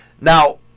Now